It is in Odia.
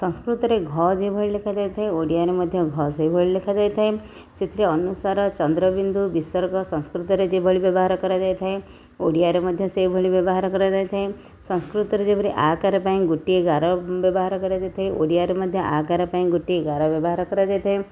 ସଂସ୍କୃତରେ ଘ ଯେଉଁଭଳି ଲେଖା ଯାଇଥାଏ ଓଡ଼ିଆରେ ମଧ୍ୟ ଘ ସେହିଭଳି ଲେଖାଯାଇଥାଏ ସେଥିରେ ଅନୁସାର ଚନ୍ଦ୍ର ବିନ୍ଦୁ ବିସର୍ଗ ସଂସ୍କୃତରେ ଯେଉଁଭଳି ବ୍ୟବହାର କରାଯାଇଥାଏ ଓଡ଼ିଆରେ ମଧ୍ୟ ସେହିଭଳି ବ୍ୟବହାର କରାଯାଇଥାଏ ସଂସ୍କୃତରେ ଯେପରି ଆ କାର ପାଇଁ ଗୋଟିଏ ଗାର ବ୍ୟବହାର କରାଯାଇଥାଏ ଓଡ଼ିଆରେ ମଧ୍ୟ ଆ କାର ପାଇଁ ଗୋଟିଏ ଗାର ବ୍ୟବହାର କରାଯାଇଥାଏ